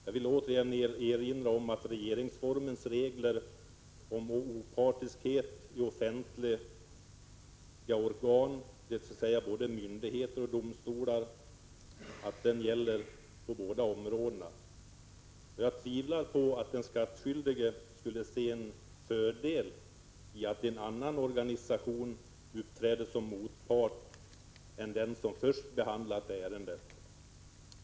Jag vill åter erinra om att regeringsformens regler om opartiskhet i offentliga organ, dvs. både myndigheter och domstolar, gäller i båda fallen. Jag tvivlar på att den skattskyldige skulle se en fördel i att ett annat organ 103 uppträder såsom motpart än det som först har behandlat ärendet.